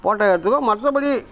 photo எடுத்துக்குவோம் மற்றபடி